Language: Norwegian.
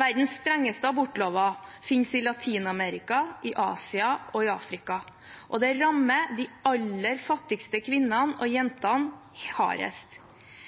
Verdens strengeste abortlover finnes i Latin-Amerika, i Asia og i Afrika, og det rammer de aller fattigste kvinnene og jentene hardest.